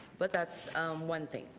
but that's one thing.